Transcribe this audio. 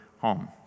home